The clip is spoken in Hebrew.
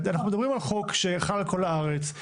אנחנו מדברים על חוק שחל על כל הארץ.